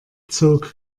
zog